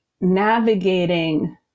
navigating